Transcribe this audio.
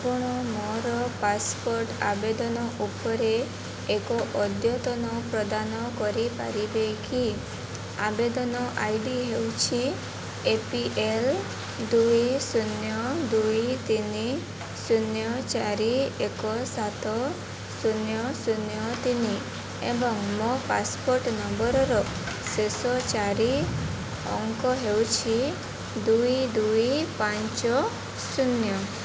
ଆପଣ ମୋର ପାସପୋର୍ଟ ଆବେଦନ ଉପରେ ଏକ ଅଦ୍ୟତନ ପ୍ରଦାନ କରିପାରିବେ କି ଆବେଦନ ଆଇ ଡ଼ି ହେଉଛି ଏ ପି ଏଲ୍ ଦୁଇ ଶୂନ୍ୟ ଦୁଇ ତିନି ଶୂନ୍ୟ ଚାରି ଏକ ସାତ ଶୂନ୍ୟ ଶୂନ୍ୟ ତିନି ଏବଂ ମୋ ପାସପୋର୍ଟ ନମ୍ବରର ଶେଷ ଚାରି ଅଙ୍କ ହେଉଛି ଦୁଇ ଦୁଇ ପାଞ୍ଚ ଶୂନ୍ୟ